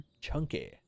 chunky